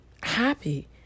happy